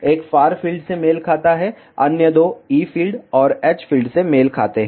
एक far field से मेल खाता है और अन्य दो E फ़ील्ड और H फ़ील्ड से मेल खाते हैं